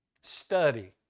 study